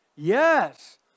Yes